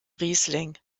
riesling